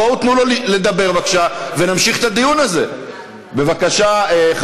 בואו, תנו לו לדבר, בבקשה, ונמשיך את הדיון הזה.